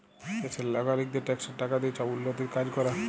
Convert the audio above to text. দ্যাশের লগারিকদের ট্যাক্সের টাকা দিঁয়ে ছব উল্ল্যতির কাজ ক্যরে